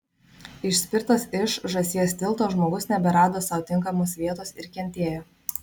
išspirtas iš žąsies tilto žmogus neberado sau tinkamos vietos ir kentėjo